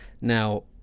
Now